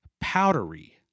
powdery